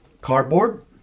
cardboard